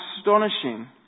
astonishing